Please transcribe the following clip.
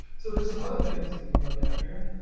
so there's some other things that we can look at here.